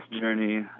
journey